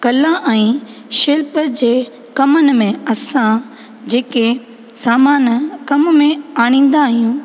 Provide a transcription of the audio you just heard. कला ऐं शिल्प जे कमनि में असां जेके सामान कम में आणींदा आहियूं